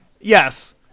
Yes